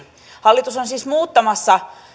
hallitus on siis muuttamassa